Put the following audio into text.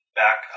back